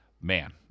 man